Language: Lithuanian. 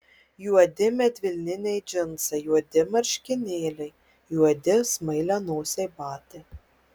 juodi medvilniniai džinsai juodi marškinėliai juodi smailianosiai batai